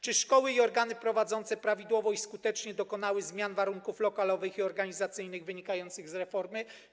Czy szkoły i organy je prowadzące prawidłowo i skutecznie dokonały zmian warunków lokalowych i organizacyjnych wynikających z reformy?